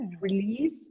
release